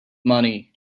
money